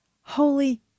Holy